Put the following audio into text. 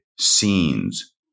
scenes